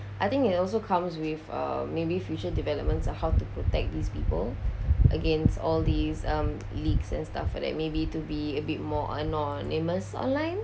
I think it also comes with uh maybe future developments of how to protect these people against all these um leaks and stuff or like maybe to be a bit more anonymous online